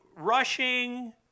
Rushing